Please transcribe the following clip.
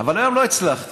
אבל היום לא הצלחתי.